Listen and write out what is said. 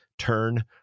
turn